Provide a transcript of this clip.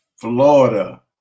Florida